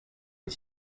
les